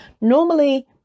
normally